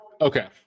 okay